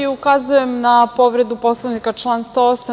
Ukazujem na povredu Poslovnika, član 108.